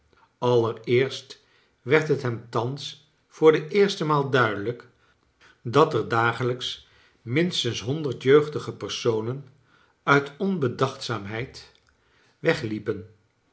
allereerst werd het hem thans voor de eerste maal duidelijk dat er dagelijks minstens honderd jeugdige personen uit onbedachtzaamheid weg l liepen